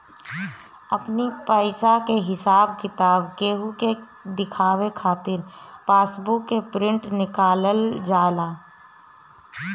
अपनी पईसा के हिसाब किताब केहू के देखावे खातिर पासबुक के प्रिंट निकालल जाएला